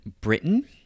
Britain